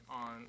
on